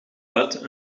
buiten